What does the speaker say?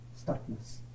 stuckness